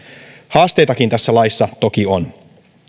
haasteitakin tässä laissa toki on